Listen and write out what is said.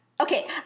Okay